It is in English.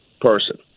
person